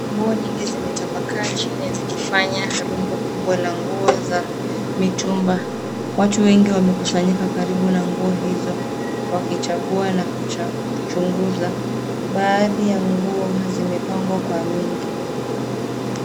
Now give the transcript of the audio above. Nguo nyingi zimetapakaa chini zikifanya rundo kubwa la nguo za mitumba. Watu wengi wamekusanyika karibu na nguo hizo, wakichagua na kucha, kuchunguza. Baadhi ya nguo, ha, zimepangwa kwa wengi.